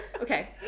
Okay